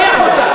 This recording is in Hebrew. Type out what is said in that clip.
אדוני היושב-ראש,